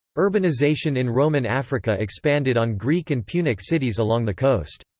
urbanization in roman africa expanded on greek and punic cities along the coast.